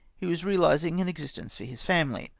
he was reahsing an existence for his family.